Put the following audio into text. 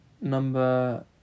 number